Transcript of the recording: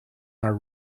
our